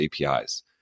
APIs